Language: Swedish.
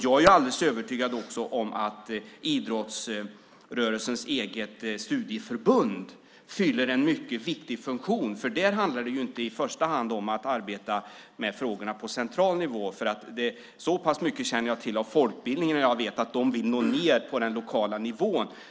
Jag är alldeles övertygad om att idrottsrörelsens eget studieförbund fyller en mycket viktig funktion, för där handlar det inte i första hand om att arbeta med frågorna på central nivå. Så pass mycket känner jag till om folkbildningen att jag vet att de vill nå ned till den lokala nivån.